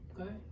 okay